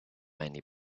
many